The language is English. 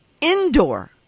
indoor